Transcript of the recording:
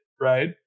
right